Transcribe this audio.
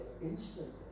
instantly